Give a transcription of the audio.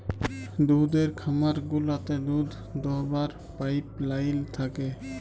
দুহুদের খামার গুলাতে দুহুদ দহাবার পাইপলাইল থ্যাকে